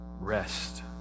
rest